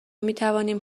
میتوانیم